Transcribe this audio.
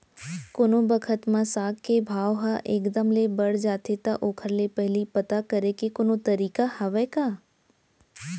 कोनो बखत म साग के भाव ह एक दम ले बढ़ जाथे त ओखर ले पहिली पता करे के कोनो तरीका हवय का?